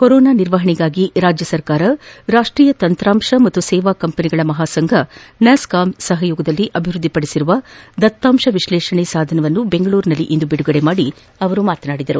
corona ನಿರ್ವಹಣೆಗಾಗಿ ರಾಜ್ಯ ಸರ್ಕಾರ ರಾಷ್ಟೀಯ ತಂತ್ರಾಂಶ ಮತ್ತು ಸೇವಾ ಕಂಪನಿಗಳ ಮಹಾ ಸಂಘ ನ್ಯಾಸ್ಥಾಂ ಸಹಯೋಗದಲ್ಲಿ ಅಭಿವೃದ್ದಿ ಪಡಿಸಿರುವ ದತ್ತಾಂಶ ವಿಶ್ಲೇಷಣೆ ಸಾಧನವನ್ನು ಬೆಂಗಳೂರಿನಲ್ಲಿಂದು ಬಿಡುಗಡೆ ಮಾಡಿ ಅವರು ಮಾತನಾಡಿದರು